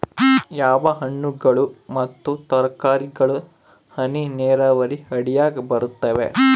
ಯಾವ ಹಣ್ಣುಗಳು ಮತ್ತು ತರಕಾರಿಗಳು ಹನಿ ನೇರಾವರಿ ಅಡಿಯಾಗ ಬರುತ್ತವೆ?